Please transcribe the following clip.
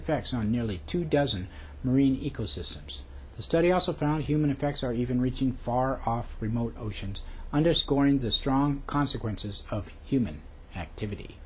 effects on nearly two dozen marine ecosystems a study also found human effects are even reaching far off remote oceans underscoring the strong consequences of human activity